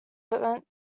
burnt